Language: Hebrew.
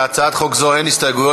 להצעת חוק זו אין הסתייגויות,